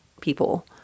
people